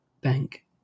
bank